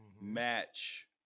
match